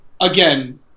Again